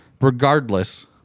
Regardless